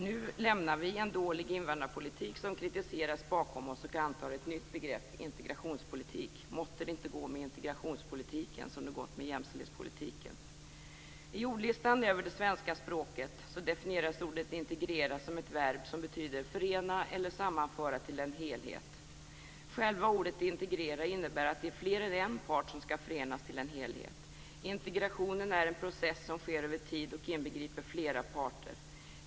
Nu lämnar vi en dålig invandrarpolitik som kritiseras bakom oss och antar ett nytt begrepp - integrationspolitik. Måtte det inte gå med integrationspolitiken som det gått med jämställdhetspolitiken. I ordlistan över det svenska språket definieras ordet integrera som ett verb som betyder förena eller sammanföra till en helhet. Själva ordet integrera innebär att det är fler än en part som skall förenas till en helhet. Integrationen är en process som sker över tid och inbegriper flera parter.